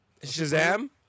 Shazam